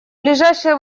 ближайшие